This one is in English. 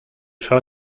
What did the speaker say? shall